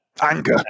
Anger